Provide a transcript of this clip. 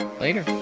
later